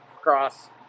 cross